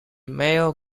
male